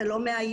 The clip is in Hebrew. זה לא מהיום.